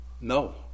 No